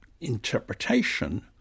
interpretation